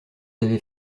avez